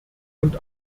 und